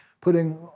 putting